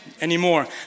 Anymore